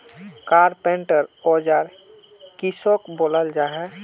Carpenter औजार किसोक बोलो जाहा?